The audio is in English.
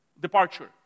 departure